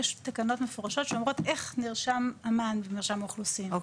יש תקנות מפורשות שאומרות איך נרשם המען במרשם האוכלוסין,